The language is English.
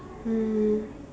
um